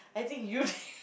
I think you